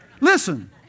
Listen